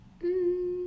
Mmm